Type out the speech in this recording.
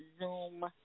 Zoom